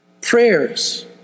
prayers